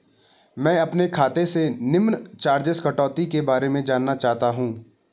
मैं अपने खाते से निम्न चार्जिज़ कटौती के बारे में जानना चाहता हूँ?